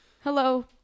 hello